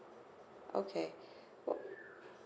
okay